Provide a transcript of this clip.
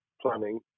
planning